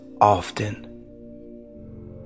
often